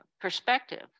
perspective